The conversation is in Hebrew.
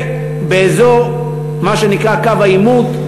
ובאזור מה שנקרא "קו העימות",